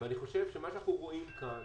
מה שאנחנו רואים כאן